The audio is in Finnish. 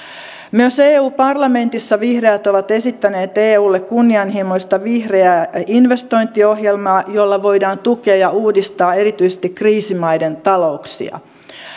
myös eu parlamentissa vihreät ovat esittäneet eulle kunnianhimoista vihreää investointiohjelmaa jolla voidaan tukea ja uudistaa erityisesti kriisimaiden talouksia